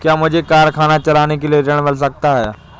क्या मुझे कारखाना चलाने के लिए ऋण मिल सकता है?